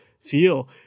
feel